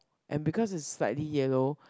and because it's slightly yellow